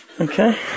Okay